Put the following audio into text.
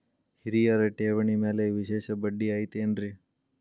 ಹಿರಿಯರ ಠೇವಣಿ ಮ್ಯಾಲೆ ವಿಶೇಷ ಬಡ್ಡಿ ಐತೇನ್ರಿ?